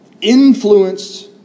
influenced